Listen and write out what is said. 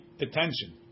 attention